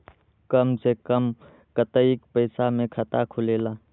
कम से कम कतेइक पैसा में खाता खुलेला?